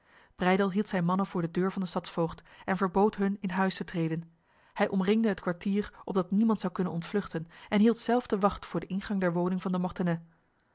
breydel hield zijn mannen voor de deur van de stadsvoogd en verbood hun in huis te treden hij omringde het kwartier opdat niemand zou kunnen ontvluchten en hield zelf de wacht voor de ingang der woning van de